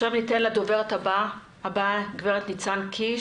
ניתן לדוברת הבאה גב' ניצן קיש,